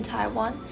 Taiwan